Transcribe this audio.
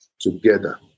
together